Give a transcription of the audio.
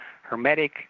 hermetic